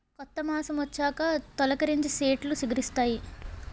కొత్త మాసమొచ్చాక తొలికరించి సెట్లు సిగిరిస్తాయి